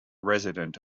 resident